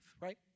right